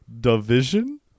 Division